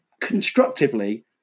constructively